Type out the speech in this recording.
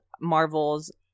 Marvel's